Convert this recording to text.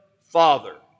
Father